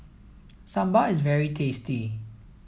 Sambar is very tasty